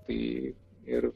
tai ir